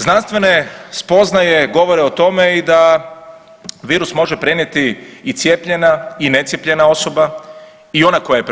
Znanstvene spoznaje govore o tome i da virus može prenijeti i cijepljena i necijepljena osoba i ona koja je